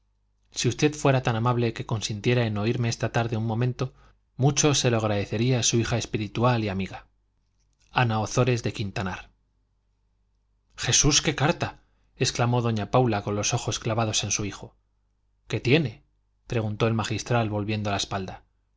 si usted fuera tan amable que consintiera en oírme esta tarde un momento mucho se lo agradecería su hija espiritual y affma amiga q b s m ana de ozores de quintanar jesús qué carta exclamó doña paula con los ojos clavados en su hijo qué tiene preguntó el magistral volviendo la espalda